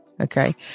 Okay